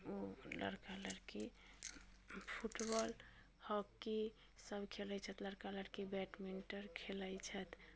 ओ लड़का लड़की football hockey सभ खेलैत छथि लड़का लड़की बैडमिन्टन खेलैत छथि